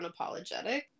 Unapologetic